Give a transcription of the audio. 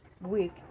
week